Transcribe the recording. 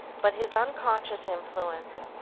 but his unconscious influence,